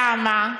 למה?